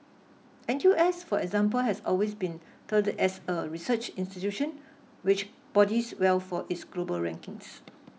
N U S for example has always been touted as a research institution which bodies well for its global rankings